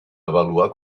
avaluar